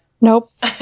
Nope